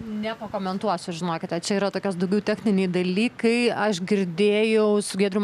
nepakomentuosiu žinokite čia yra tokios daugiau techniniai dalykai aš girdėjau su giedrium